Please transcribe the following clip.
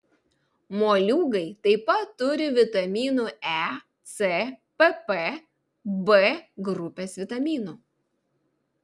moliūgai taip pat turi vitaminų e c pp b grupės vitaminų